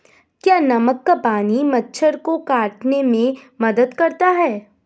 क्या नमक का पानी मच्छर के काटने में मदद करता है?